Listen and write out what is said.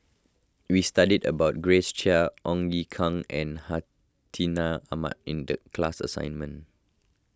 we studied about Grace Chia Ong Ye Kung and Hartinah Ahmad in the class assignment